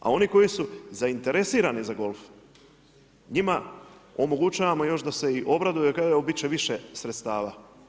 A oni koji su zainteresirani za golf, njima omogućavamo još da se i obraduje da kažemo bit će više sredstava.